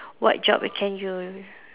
what job you can you